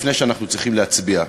לפני שאנחנו צריכים להצביע.